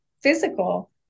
physical